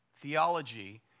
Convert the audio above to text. theology